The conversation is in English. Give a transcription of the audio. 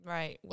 Right